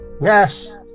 Yes